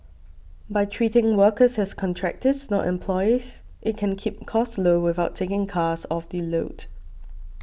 by treating workers as contractors not employees it can keep costs low without taking cars off the road